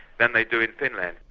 than they do in finland.